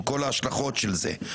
עם כל ההשלכות של זה,